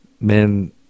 men